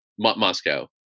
Moscow